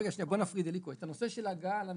בוא נפריד, אליקו,